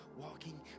walking